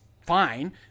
fine